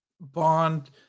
Bond